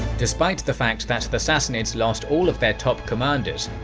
despite the fact that the sassanids lost all of their top commanders,